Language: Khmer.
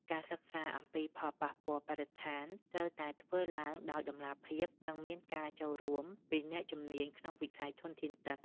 ការសិក្សាអំពីផលប៉ះពាល់បរិស្ថានត្រូវតែធ្វើឡើងដោយតម្លាភាព និងមានការចូលរួមពីអ្នកជំនាញក្នុងវិស័យធនធានទឹក។